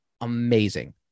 amazing